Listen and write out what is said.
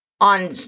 on